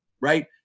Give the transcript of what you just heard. Right